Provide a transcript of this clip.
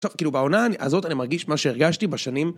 טוב, כאילו בעונה הזאת אני מרגיש מה שהרגשתי בשנים...